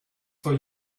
for